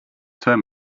term